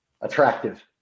attractive